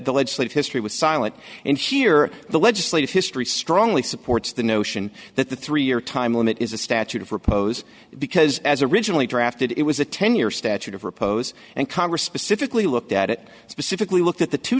legislative history was silent and here the legislative history strongly supports the notion that the three year time limit is a statute of repose because as originally drafted it was a ten year statute of repose and congress specifically looked at it specifically looked at the two